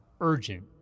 urgent